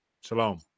Shalom